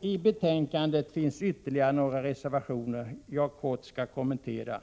I betänkandet finns ytterligare några reservationer som jag kort skall kommentera.